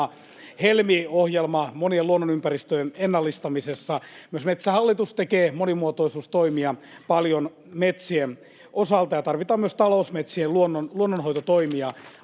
Helmi-ohjelma monien luonnonympäristöjen ennallistamisessa. Myös Metsähallitus tekee monimuotoisuustoimia paljon metsien osalta, ja tarvitaan myös talousmetsien luonnonhoitotoimia.